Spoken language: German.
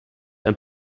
ein